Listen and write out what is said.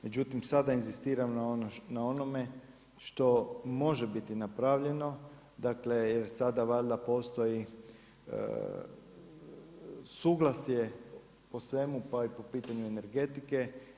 Međutim, sada inzistiram na onome što može biti napravljeno, daj jer sada valjda postoji suglasje po svemu, pa i po pitanju energetike.